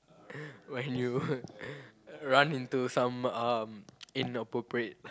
when you run into some uh inappropriate